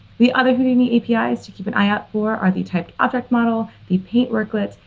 the other houdini apis to keep an eye out for are the typed object model, the paint worklet,